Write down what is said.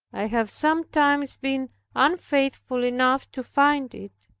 i have sometimes been unfaithful enough to find it.